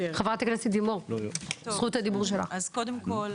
לימור סון הר מלך (עוצמה יהודית): קודם כול,